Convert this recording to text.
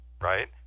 right